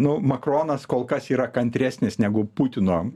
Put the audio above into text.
nu makronas kol kas yra kantresnis negu putino